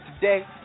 today